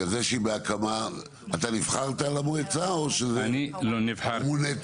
אתה נבחרת למועצה או מונית?